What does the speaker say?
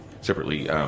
Separately